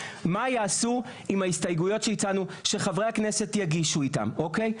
מה יעשו עם ההסתייגויות שהצענו שחברי הכנסת יגישו איתם אוקיי?